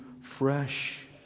fresh